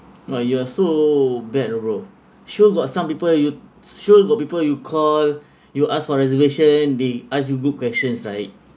but you are so bad bro sure got some people you sure got people you call you ask for reservation they ask you good questions right